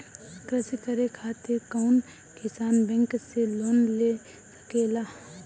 कृषी करे खातिर कउन किसान बैंक से लोन ले सकेला?